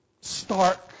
stark